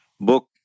book